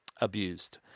abused